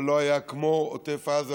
אבל לא היה כמו עוטף עזה,